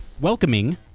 welcoming